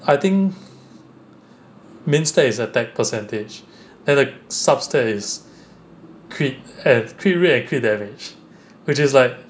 I think main stat is attack percentage and the sub stat is crit eh crit rate and crit damage which is like